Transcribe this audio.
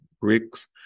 bricks